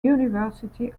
university